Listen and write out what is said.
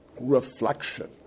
reflection